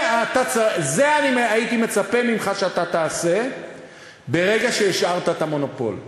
זה אני הייתי מצפה ממך שאתה תעשה ברגע שהשארת את המונופול.